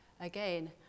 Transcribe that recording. again